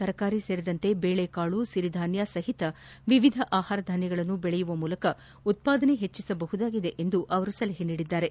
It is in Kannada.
ತರಕಾರಿ ಸೇರಿದಂತೆ ಬೇಳೆಕಾಳು ಸಿರಿಧಾನ್ಯ ಸಹಿತ ವಿವಿಧ ಆಹಾರಧಾನ್ಯಗಳನ್ನು ಬೆಳೆಯುವ ಮೂಲಕ ಉತ್ಪಾದನೆ ಹೆಚ್ಚಿಸಬಹುದಾಗಿದೆ ಎಂದು ಅವರು ಸಲಹೆ ನೀಡಿದ್ದಾರೆ